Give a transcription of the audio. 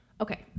okay